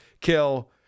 kill